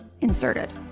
inserted